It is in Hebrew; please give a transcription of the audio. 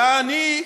יעני,